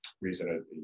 reason